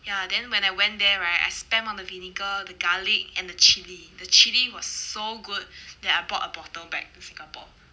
ya then when I went there right I spam on the vinegar the garlic and the chilli the chilli was so good that I bought a bottle back to singapore